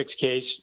case